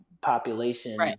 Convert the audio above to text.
population